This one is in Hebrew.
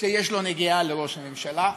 שיש לו נגיעה בראש הממשלה,